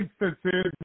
instances